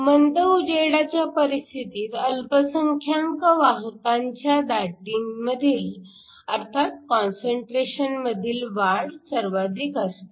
मंद उजेडाच्या परिस्थितीत अल्पसंख्यांक वाहकांच्या दाटीमधील अर्थात कॉन्सन्ट्रेशनमधील वाढ सर्वाधिक असते